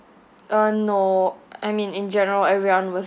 uh no I mean in general everyone was